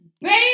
Baby